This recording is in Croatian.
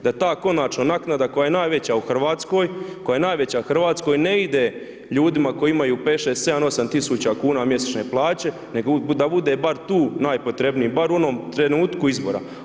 Da ta konačna naknada koja je najveća u Hrvatskoj, koja je najveća u Hrvatskoj ne ide ljudima koji imaju 5, 6, 7, 8 tisuća kuna mjesečne plaće, nego da bude bar tu najpotrebniji, bar u onom trenutku izbora.